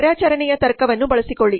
ಕಾರ್ಯಾಚರಣೆಯ ತರ್ಕವನ್ನು ಬಳಸಿಕೊಳ್ಳಿ